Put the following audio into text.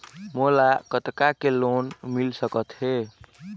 मोला कतका के लोन मिल सकत हे?